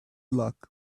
luck